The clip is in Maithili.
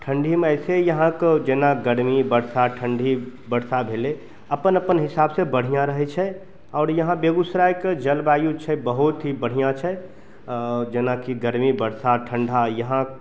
ठंडीमे ऐसे यहाँके जेना गरमी बरसा ठंडी बरसा भेलै अपन अपन हिसाब से बढ़िऑं रहै छै आओर यहाँ बेगूसरायके जलबायु छै बहुत ही बढ़िऑं छै जेनाकि गरमी बरसात ठंडा यहाँ